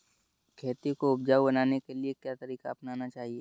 खेती को उपजाऊ बनाने के लिए क्या तरीका अपनाना चाहिए?